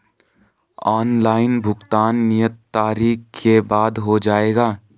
Online भुगतान नियत तारीख के बाद हो जाएगा?